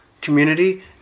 community